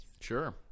Sure